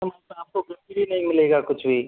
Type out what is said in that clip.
आपको फ्री नहीं मिलेगा कुछ भी